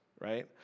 right